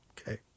Okay